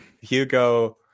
hugo